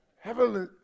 Heavenly